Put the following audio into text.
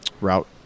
Route